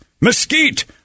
mesquite